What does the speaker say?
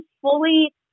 fully